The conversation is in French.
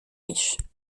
riches